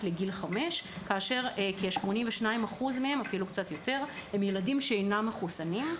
לגיל 5 כאשר כ-82% מהם הם ילדים שאינם מחוסנים.